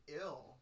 ill